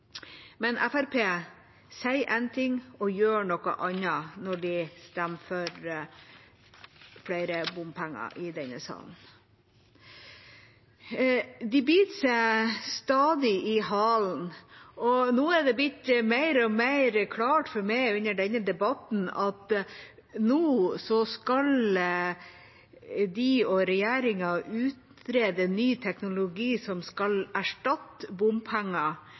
Men Fremskrittspartiet sier én ting og gjør noe annet når de stemmer for mer bompenger i denne salen. De biter seg stadig i halen. Det er under denne debatten blitt mer og mer klart for meg at nå skal de og regjeringa utrede ny teknologi som skal erstatte bompenger,